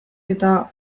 eta